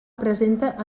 presenta